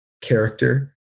character